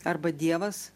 arba dievas